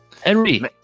Henry